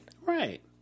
Right